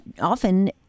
often